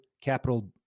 capital